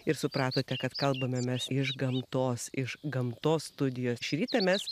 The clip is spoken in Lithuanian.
ir supratote kad kalbame mes iš gamtos iš gamtos studijos šį rytą mes